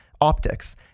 optics